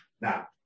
Now